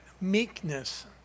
meekness